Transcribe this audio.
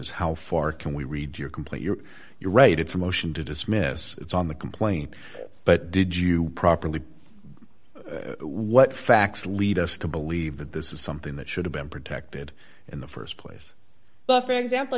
is how far can we read your complete you're you're right it's a motion to dismiss it's on the complaint but did you properly what facts lead us to believe that this is something that should have been protected in the st place well for example